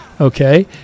okay